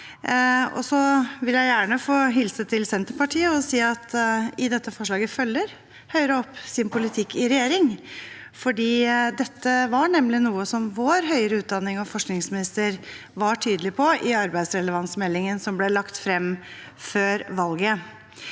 jeg vil gjerne få hilse til Senterpartiet og si at i dette forslaget følger Høyre opp sin politikk i regjering, for dette var nemlig noe vår forsknings- og høyere utdanningsminister var tydelig på i arbeidsrelevansmeldingen som ble lagt frem før valget.